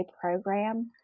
program